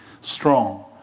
strong